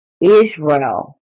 Israel